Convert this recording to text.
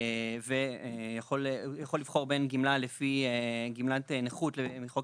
יכול לבחור בין גמלה לפי גמלת נכות, מחוק